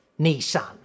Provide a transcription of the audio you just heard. Nissan